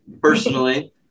personally